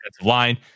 line